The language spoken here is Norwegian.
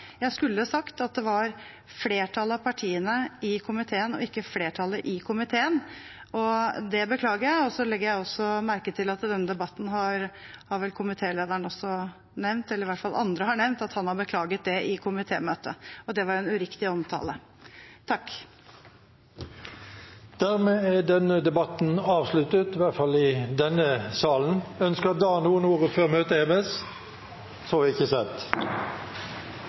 Jeg skulle sagt at det var flertallet av partiene i komiteen og ikke flertallet i komiteen. Det beklager jeg. Så legger jeg også merke til at i denne debatten har vel komitélederen også nevnt, i hvert fall andre har nevnt, at han har beklaget det i komitémøtet, og at det var en uriktig omtale. Dermed er denne debatten avsluttet, i hvert fall i denne salen. – Ønsker noen ordet før møtet heves? Så synes ikke,